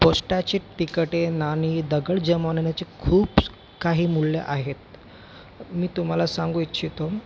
पोस्टाची तिकटे नाणी दगड जमवण्याची खूप स् काही मूल्यं आहेत मी तुम्हाला सांगू इच्छितो